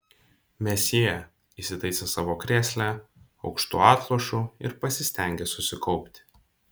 mesjė įsitaisė savo krėsle aukštu atlošu ir pasistengė susikaupti